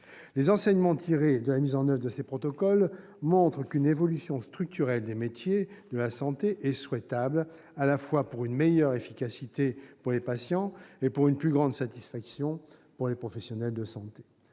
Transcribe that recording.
Les enseignements tirés de la mise en oeuvre de ces protocoles montrent qu'une évolution structurelle des métiers de la santé est souhaitable, à la fois pour une meilleure efficacité pour les patients et pour une plus grande satisfaction des professionnels de santé.